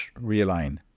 realign